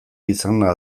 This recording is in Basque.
izana